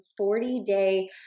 40-day